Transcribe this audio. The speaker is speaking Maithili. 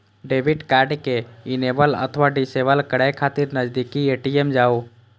डेबिट कार्ड कें इनेबल अथवा डिसेबल करै खातिर नजदीकी ए.टी.एम जाउ